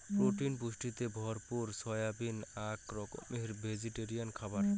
protein পুষ্টিতে ভরপুর soybean আক রকমের ভেজিটেরিয়ান খাবার